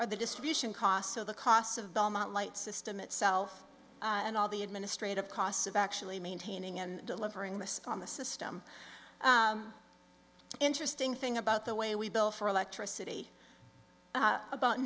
or the distribution cost so the cost of belmont light system itself and all the administrative costs of actually maintaining and delivering this on the system interesting thing about the way we bill for electricity about